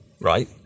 right